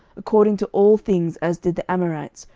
according to all things as did the amorites,